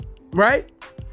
Right